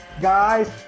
guys